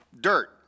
dirt